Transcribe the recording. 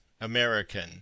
American